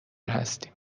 هستیم